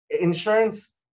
Insurance